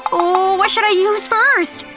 ooh what should i use first?